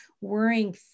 worrying